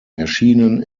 erschienen